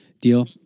deal